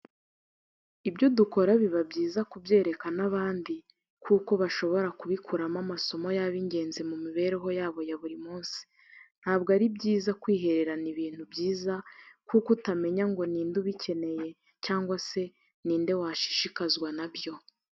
Ibyo dukora biba byiza kubyereka n'abandi kuko bashobora kubikuramo amasomo yaba ingenzi mu mibereho yabo ya buri munsi. Ntabwo ari ibyiza kwihererana ibintu byiza kuko utamenya ngo ni nde ubikeneye cyangwa se ni nde washishikazwa na byo.